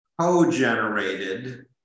co-generated